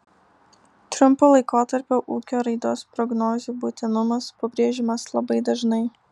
trumpo laikotarpio ūkio raidos prognozių būtinumas pabrėžiamas labai dažnai